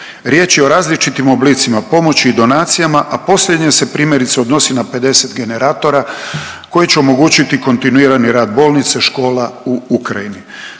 Riječ je o različitim oblicima pomoći i donacijama, a posljednje se primjerice odnosi na 50 generatora koji će omogućiti kontinuirani rad bolnica i škola u Ukrajini.